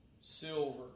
silver